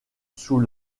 sous